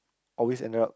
always ended up